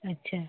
अच्छा